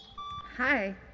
hi